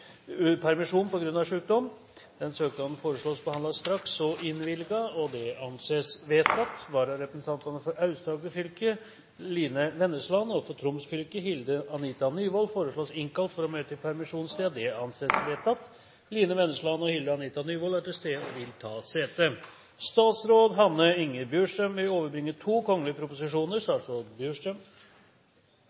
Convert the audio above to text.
og innvilges. Følgende vararepresentanter innkalles for å møte i permisjonstiden: For Aust-Agder fylke: Line Vennesland For Troms fylke: Hilde Anita Nyvoll Line Vennesland og Hilde Anita Nyvoll er til stede og vil ta sete. Statsråd Hanne Inger Bjurstrøm overbrakte følgende kgl. proposisjoner: